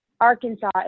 Arkansas